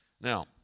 Now